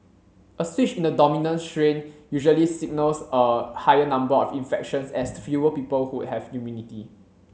a switch in the dominant strain usually signals a higher number of infections as fewer people would have immunity